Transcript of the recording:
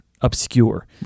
obscure